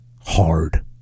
hard